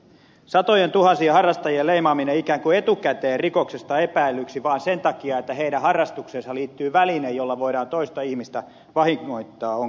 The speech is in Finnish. satojentuhansien harrastajien leimaaminen ikään kuin etukäteen rikoksesta epäillyksi vaan sen takia että heidän harrastukseensa liittyy väline jolla voidaan toista ihmistä vahingoittaa on kohtuutonta